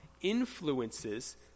influences